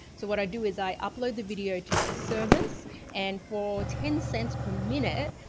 so what i do is i upload the video to their service and for ten cents per minute,